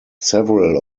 several